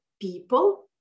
people